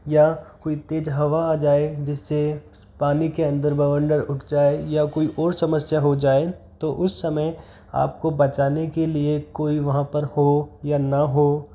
या कोई तेज हवा आ जाए जिस से पानी के अंदर बवंडर उठ जाए या कोई और समस्या हो जाए तो उस समय आपको बचाने के लिए कोई वहाँ पर हो या ना हो